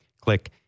Click